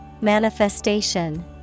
Manifestation